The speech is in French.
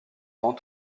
temps